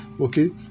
Okay